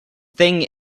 thing